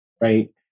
Right